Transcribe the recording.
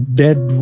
dead